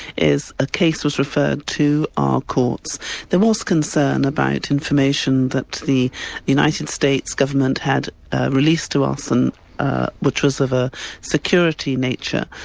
is a case was referred to our courts there was concern about information that the united states government had ah released to us, and ah which was of a security nature,